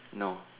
no